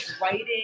writing